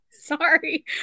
Sorry